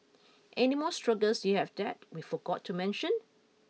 any more struggles you have that we forgot to mention